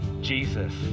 Jesus